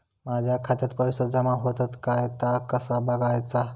माझ्या खात्यात पैसो जमा होतत काय ता कसा बगायचा?